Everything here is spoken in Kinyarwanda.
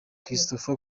christopher